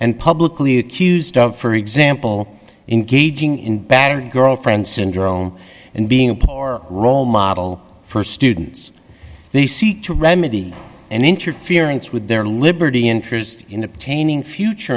and publicly accused of for example engaging in battered girlfriend syndrome and being employed or role model for students they seek to remedy and interference with their liberty interest in obtaining future